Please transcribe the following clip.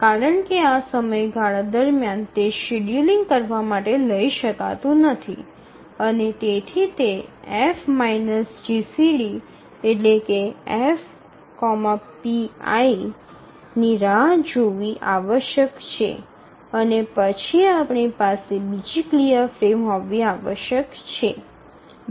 કારણ કે આ સમયગાળા દરમિયાન તે શેડ્યૂલિંગ કરવા માટે લઈ શકાતું નથી અને તેથી તે F જીસીડી F pi ની રાહ જોવી આવશ્યક છે અને પછી આપણી પાસે બીજી ક્લિયર ફ્રેમ હોવી આવશ્યક છે